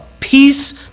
peace